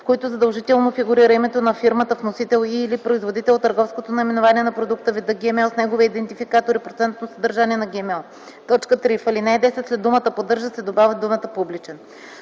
в който задължително фигурира името на фирмата вносител и/или производител, търговското наименование на продукта, вида ГМО с неговия идентификатор и процентното съдържание на ГМО.” 3. В ал. 10 след думата „поддържа” се добавя думата „публичен”.”